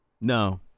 No